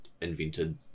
invented